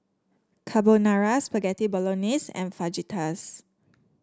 Carbonara Spaghetti Bolognese and Fajitas